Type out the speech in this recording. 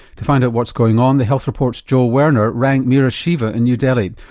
to find out what's going on the health report's joel werner rang mira shiva in new delhi,